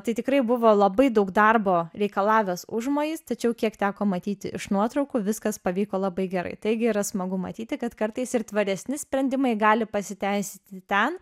tai tikrai buvo labai daug darbo reikalavęs užmojis tačiau kiek teko matyti iš nuotraukų viskas pavyko labai gerai taigi yra smagu matyti kad kartais ir tvaresni sprendimai gali pasiteisinti ten